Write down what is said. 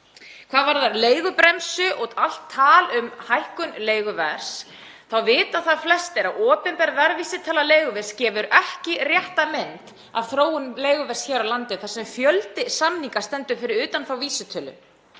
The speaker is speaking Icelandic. Hvað varðar leigubremsu og allt tal um hækkun leiguverðs þá vita það flestir að opinber verðvísitala leiguverðs gefur ekki rétta mynd af þróun leiguverðs hér á landi þar sem fjöldi samninga stendur fyrir utan þá vísitölu.